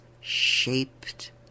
shaped